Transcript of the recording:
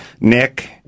Nick